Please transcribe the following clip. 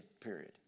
period